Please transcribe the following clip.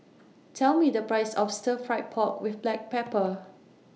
Tell Me The Price of Stir Fried Pork with Black Pepper